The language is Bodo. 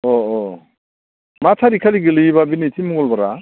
अह अह मा थारिकखालि गोलैयोबा बा नैथि मंगलबारआ